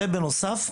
ובנוסף,